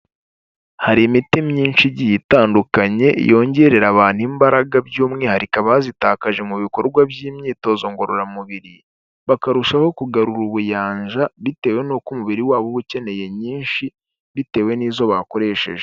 Hari imiti myinshi igihe itandukanye yongerera abantu imbaraga by'umwihariko bazitakaje mu bikorwa by'imyitozo ngororamubiri, bakarushaho kugarura ubuyanja bitewe n'uko umubiri wabo uba ukeneye nyinshi, bitewe n'izo bakoresheje.